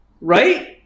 right